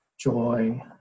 joy